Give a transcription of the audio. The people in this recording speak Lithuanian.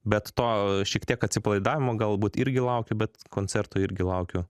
bet to šiek tiek atsipalaidavimo galbūt irgi laukiu bet koncerto irgi laukiu